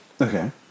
Okay